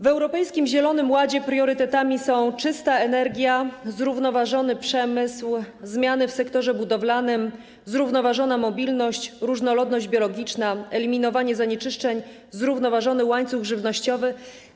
W europejskim zielonym ładzie priorytetami są czysta energia, zrównoważony przemysł, zmiany w sektorze budowlanym, zrównoważona mobilność, różnorodność biologiczna, eliminowanie zanieczyszczeń, zrównoważony łańcuch żywnościowy.